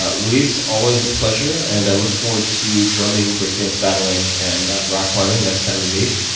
ah luis, always a pleasure and i look forward to drumming, break dance battling and rock climbing next time we meet.